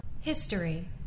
History